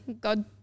God